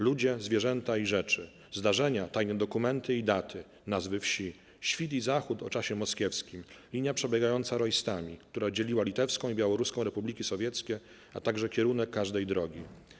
Ludzie, zwierzęta i rzeczy; zdarzenia, tajne dokumenty i daty; nazwy wsi; świt i zachód o czasie moskiewskim, linia przebiegająca rojstami, która dzieliła litewską i białoruską republiki sowieckie, a także kierunek każdej drogi.